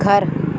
گھر